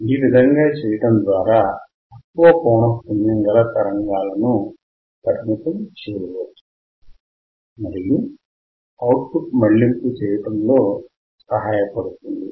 ఈ విధంగా చేయడం ద్వారా తక్కువ పౌనఃపున్యం గల తరంగాలను పరిమితం చేయవచ్చు మరియు ఔట్ పుట్ మళ్లింపు చేయడంలో సహాయపడుతుంది